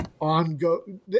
ongoing